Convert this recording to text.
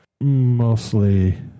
mostly